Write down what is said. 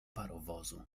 parowozu